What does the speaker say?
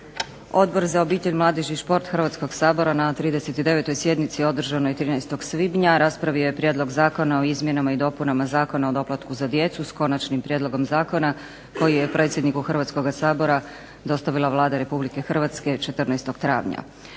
Odbor za obitelj, mladež i šport Hrvatskog sabora na 39. sjednici održanoj 13. svibnja raspravio je Prijedlog zakona o izmjenama i dopunama Zakona o doplatku za djecu s konačnim prijedlogom zakona koji je predsjedniku Hrvatskoga sabora dostavila Vlada Republike Hrvatske 14. travnja.